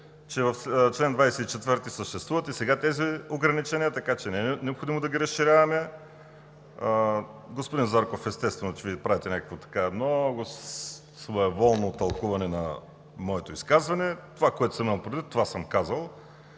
ограничения съществуват и сега, така че не е необходимо да ги разширяваме. Господин Зарков, естествено Вие правите някакво много своеволно тълкуване на моето изказване. Това, което съм имал предвид, това съм казал.